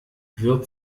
wird